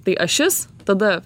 tai ašis tada